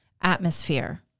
atmosphere